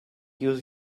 use